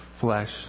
flesh